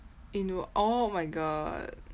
eh no oh my god